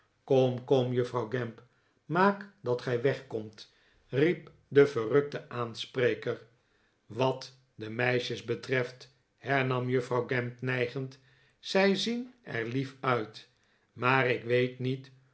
kom kom juffrouw gamp maak dat gij wegkomt riep de verrukte aanspreker wat de meisjes betreft hernam juffrouw gamp nijgend zij zien er lief uit maar ik weet niet